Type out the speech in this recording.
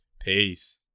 Peace